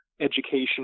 education